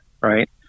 right